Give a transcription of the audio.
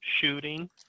shooting